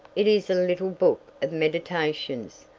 it is a little book of meditations.